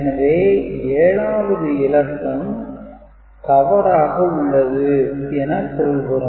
எனவே 7 வது இலக்கம் தராக உள்ளது என பொருள்படும்